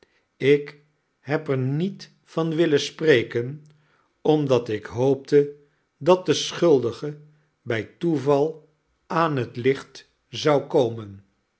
ik heb er niet van willen spreken omdat ik hoopte dat de schuldige bij toeval aan het licht zou komen